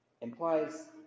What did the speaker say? implies